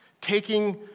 Taking